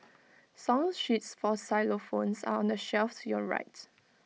song sheets for xylophones are on the shelves your right